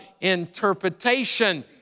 interpretation